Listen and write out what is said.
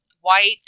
white